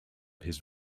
his